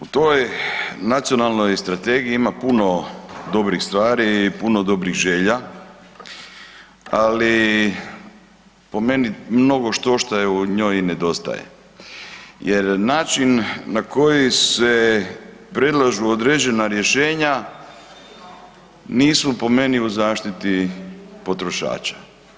U toj nacionalnoj strategiji ima puno dobrih stvari i puno dobrih želja, ali po meni mnogo što šta u njoj i nedostaje jer način na koji se predlažu određena rješenja nisu po meni u zaštiti potrošača.